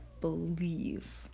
believe